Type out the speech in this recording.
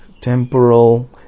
temporal